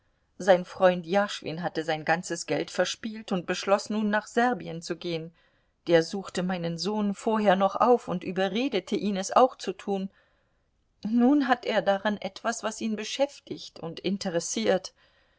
sein freund jaschwin hatte sein ganzes geld verspielt und beschloß nun nach serbien zu gehen der suchte meinen sohn vorher noch auf und überredete ihn es auch zu tun nun hat er daran etwas was ihn beschäftigt und interessiert